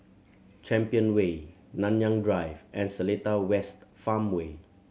Champion Way Nanyang Drive and Seletar West Farmway